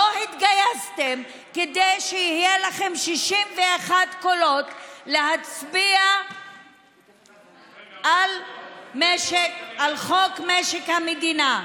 לא התגייסתם כדי שיהיו לכם 61 קולות להצביע על חוק משק המדינה.